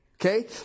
Okay